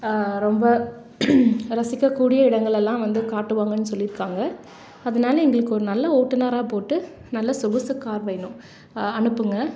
ரொம்ப ரசிக்கக்கூடிய இடங்களெல்லாம் வந்து காட்டுவாங்கன்னு சொல்லி இருக்காங்க அதனால எங்களுக்கு ஒரு நல்ல ஓட்டுநராக போட்டு நல்ல சொகுசு கார் வேணும் அனுப்புங்கள்